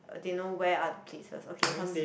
um they know where are the places okay hos